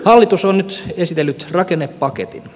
hallitus on nyt esitellyt rakennepaketin